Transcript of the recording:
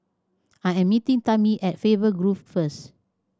I am meeting Tami at Faber Grove first